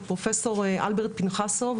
את פרופ' אלברט פנחסוב,